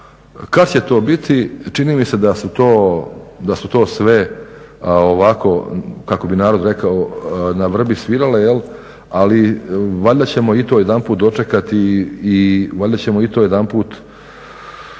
Kad će to biti? Čini mi se da su to sve ovako kako bi narod rekao "na vrbi svirale", ali valjda ćemo i to jedanput dočekati i valjda ćemo i to jedanput